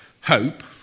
hope